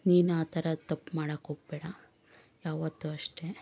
ನೀನು ಆ ಥರ ತಪ್ಪು ಮಾಡೋಕ್ಕೋಗ್ಬೇಡ ಯಾವತ್ತೂ ಅಷ್ಟೇ